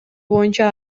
боюнча